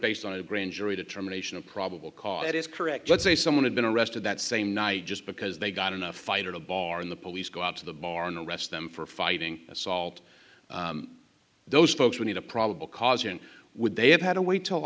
based on a grand jury determination of probable cause that is correct let's say someone had been arrested that same night just because they got enough fight in a bar in the police go up to the bar and arrest them for fighting assault those folks who need a probable cause or would they have had a wa